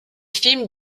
film